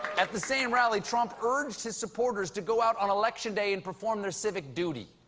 at the same rally, trump urged his supporters to go out on election day and perform their civic duty.